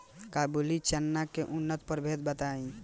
काबुली चना के उन्नत प्रभेद बताई?